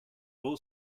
all